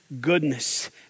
goodness